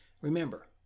Remember